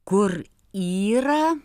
kur yra